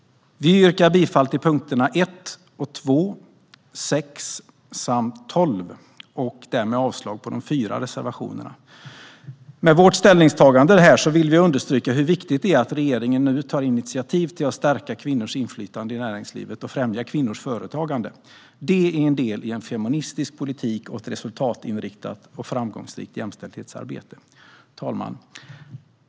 Vi yrkar bifall till punkterna 1, 2, 6 och 12 och avslag på de fyra reservationerna. Med vårt ställningstagande vill vi understryka hur viktigt det är att regeringen nu tar initiativ till att stärka kvinnors inflytande i näringslivet och främja kvinnors företagande. Det är en del i en feministisk politik och ett resultatinriktat och framgångsrikt jämställdhetsarbete. Fru talman!